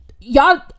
y'all